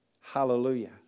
Hallelujah